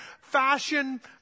fashion